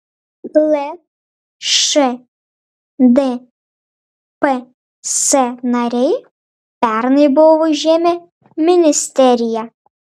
lšdps nariai pernai buvo užėmę ministeriją